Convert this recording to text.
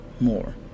more